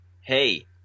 Hey